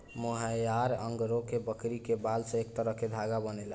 मोहयार angora बकरी के बाल से एक तरह के धागा बनेला